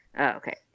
Okay